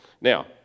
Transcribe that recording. Now